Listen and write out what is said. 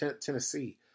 Tennessee